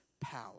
power